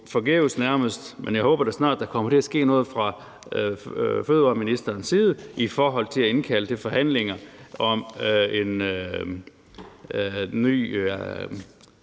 forgæves, men jeg håber da snart, der kommer til at ske noget fra fødevareministerens side i forhold til at indkalde til forhandlinger om en ny